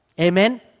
Amen